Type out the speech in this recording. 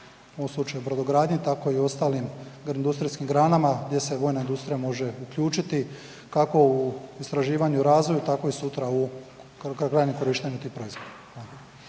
u ovom slučaju brodogradnje, tako i u ostalim industrijskim granama, gdje se vojna industrija može uključiti, kako u istraživanju i razvoju, tako i sutra .../Govornik se